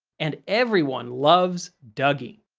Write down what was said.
and everyone loves dougie.